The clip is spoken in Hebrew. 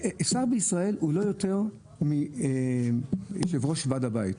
שר בישראל הוא לא יותר מיושב-ראש ועד הבית,